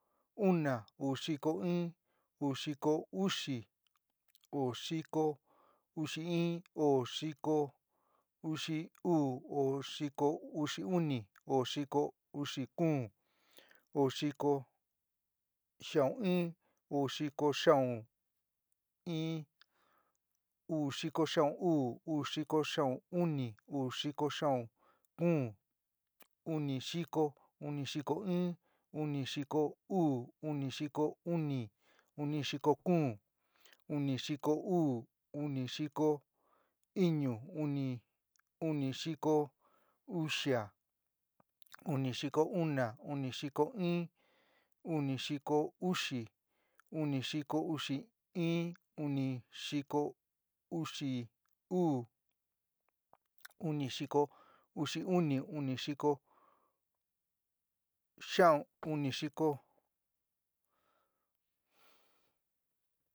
Una. uu xiko iin. uu xiko uxi. uu xiko uxi in, uu xiko uxi uu. uu xiko uxi uni. uu xiko uxi kuún, uu xiko xiaún in, uu xiko xiaún uu. uu xiko xiaún uni. uu xiko xiaún kuún, uni xiko, uni xiko in. uni xiko uu. uni xiko uni. uni xiko kuun. uni xiko uun, uni xiko iñu. uni xiko uxia. uni xiko una. uni xiko iin, uni xiko uxi. uni xiko uxi in, uni xiko uxi uu. uni xiko uxi uni, uni xiko uxi kuún, uni xiko uxi uun, uni xiko uxi, uni xiko uxi in. uni xiko uxi uu. uni xiko uxi kuún, uni xiko xiaún, uni xiko.